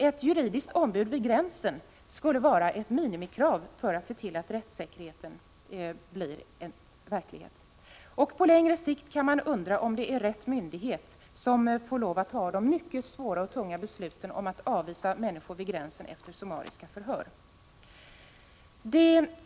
Ett juridiskt ombud vid gränsen skulle vara ett minimikrav för att se till att rättssäkerheten blir verklighet. Man kan undra om det på längre sikt är rätt myndighet som får fatta de mycket svåra och tunga besluten om att avvisa människor vid gränsen efter summariska förhör.